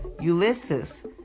Ulysses